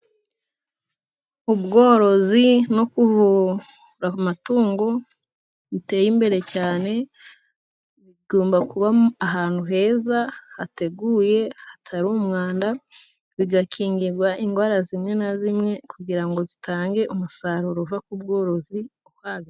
Ubworozi no kuvura amatungo biteye imbere cyane, bigomba kuba ahantu heza hateguye, hatari umwanda, bigakingirwa indwara zimwe na zimwe, kugira ngo zitange umusaruro uva ku bworozi.